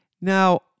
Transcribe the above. Now